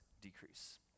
decrease